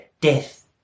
Death